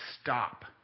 stop